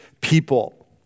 people